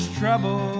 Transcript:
trouble